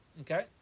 okay